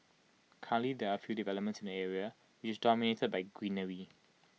there are few developments in the area which is dominated by greenery